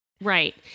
right